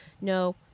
No